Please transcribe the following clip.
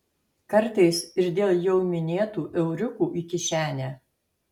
kartais ir dėl jau minėtų euriukų į kišenę